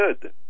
good